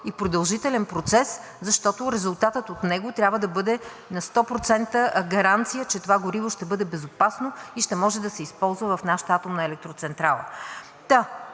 и продължителен процес, защото резултатът от него трябва да бъде 100% гаранция, че това гориво ще бъде безопасно и ще може да се използва в нашата атомна електроцентрала.